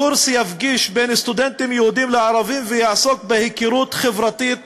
הקורס יפגיש סטודנטים יהודים וערבים ויעסוק בהיכרות חברתית